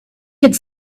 could